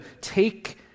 take